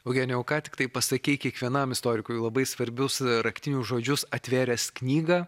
eugenijau ką tik taip pasakei kiekvienam istorikui labai svarbius raktinius žodžius atvėręs knygą